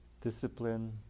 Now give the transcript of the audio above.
Discipline